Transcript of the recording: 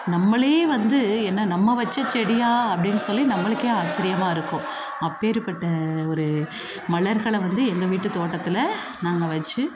நம்மளே வந்து என்ன நம்ம வச்ச செடியா அப்படின்னு சொல்லி நம்மளுக்கே ஆச்சிரியமாக இருக்கும் அப்பேர்பட்ட ஒரு மலர்களை வந்து எங்கள் வீட்டு தோட்டத்தில் நாங்கள் வச்சு